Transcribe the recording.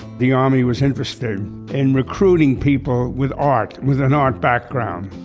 the army was interested in recruiting people with art, with an art background.